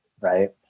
Right